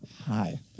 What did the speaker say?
Hi